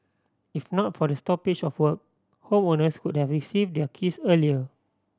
if not for the stoppage of work homeowners could have receive their keys earlier